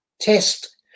test